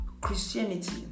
Christianity